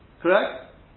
Correct